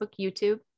YouTube